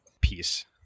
piece